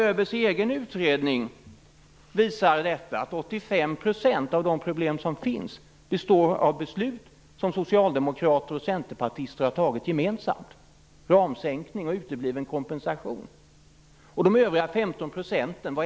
ÖB:s egen utredning visar att 85 % av de problem som finns består av beslut som socialdemokrater och centerpartister har tagit gemensamt om ramminskning och utebliven kompensation. Och vad består de övriga 15 procenten av?